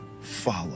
follow